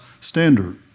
standard